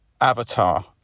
Avatar